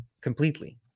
completely